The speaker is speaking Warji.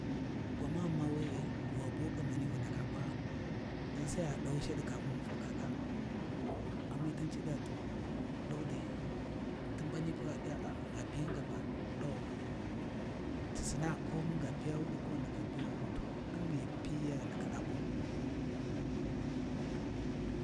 Gwamani ma we’e wa bu kamani wu ndaka kwaa, dan Sai gha ghu ɗawi shadi kafun mun faka ɗaa, Amitan ci ɗiya to ɗau dai, tunbani pha gha pi mun gaba ɗawau, ci sina ko munga piya wuɗi ko ghi ndaka piya wuɗu to ko din ghi ghu piyiya ghi ndaka ɗa bau.